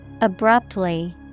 Abruptly